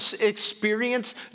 experience